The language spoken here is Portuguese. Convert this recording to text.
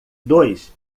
dois